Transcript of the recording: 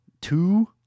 two